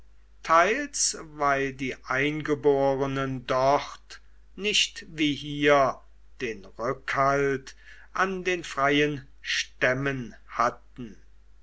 teils weil die eingeborenen dort nicht wie hier den rückhalt an den freien stämmen hatten